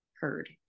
heard